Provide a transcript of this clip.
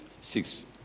Six